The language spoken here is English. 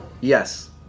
Yes